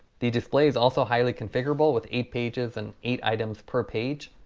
the display is also highly configurable with eight pages and eight items per page.